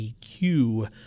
EQ